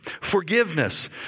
forgiveness